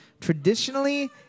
traditionally